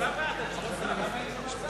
הממשלה בעד.